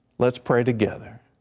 let's pray together.